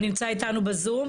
הוא נמצא איתנו בזום.